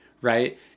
right